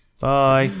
Bye